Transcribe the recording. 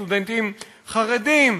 לסטודנטים חרדים.